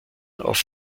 auf